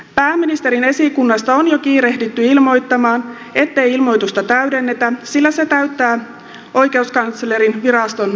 pääministerin esikunnasta on jo kiirehditty ilmoittamaan ettei ilmoitusta täydennetä sillä se täyttää oikeuskanslerinviraston vaatimukset